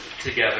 together